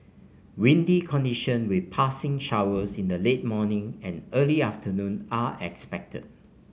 windy condition with passing showers in the late morning and early afternoon are expected